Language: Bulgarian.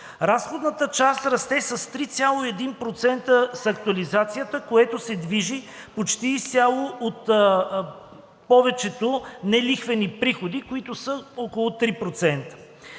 Разходната част расте с 3,1% с актуализацията, което се движи почти изцяло от повечето нелихвени приходи, които са около 3%.